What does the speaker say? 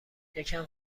یکم